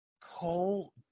Cole